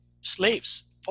slaves